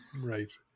Right